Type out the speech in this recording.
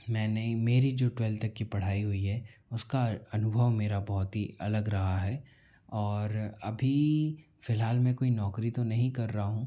मैंने मेरी जो ट्वैल तक की पढ़ाई हुई है उसका अनुभव मेरा बहुत ही अलग रहा है और अभी फिलहाल मैं कोई नौकरी तो नहीं कर रहा हूँ